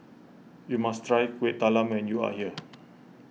you must try Kuih Talam when you are here